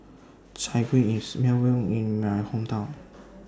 Chai Kueh IS Well known in My Hometown